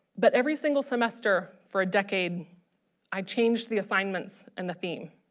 but every single semester for a decade i changed the assignments and the theme.